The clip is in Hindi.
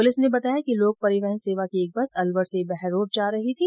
पुलिस ने बताया कि लोक परिवहन सेवा की एक बस अलवर से बहरोड जा रही थी